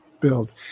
build